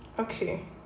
okay